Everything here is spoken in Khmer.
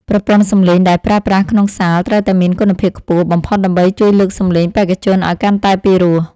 ប្រព័ន្ធសម្លេងដែលប្រើប្រាស់ក្នុងសាលត្រូវតែមានគុណភាពខ្ពស់បំផុតដើម្បីជួយលើកសម្លេងបេក្ខជនឱ្យកាន់តែពិរោះ។